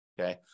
Okay